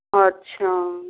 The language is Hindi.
अच्छा